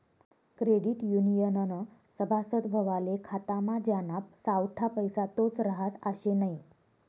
credit युनियननं सभासद व्हवाले खातामा ज्याना सावठा पैसा तोच रहास आशे नै